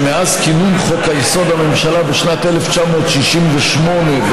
שמאז כינון חוק-יסוד: הממשלה בשנת 1968 ועד